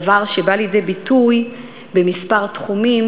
דבר שבא לידי ביטוי בכמה תחומים,